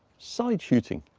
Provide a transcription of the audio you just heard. side shooting,